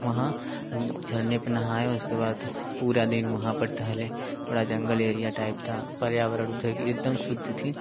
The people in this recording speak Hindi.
वहाँ झरने पे नहाए और उसके बाद पूरा दिन वहाँ पर टहले थोड़ा जंगल एरिया टाइप था पर्यावरण उधर की एकदम शुद्ध थी